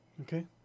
Okay